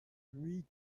huit